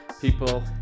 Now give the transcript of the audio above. People